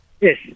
Yes